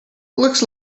looks